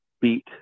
beat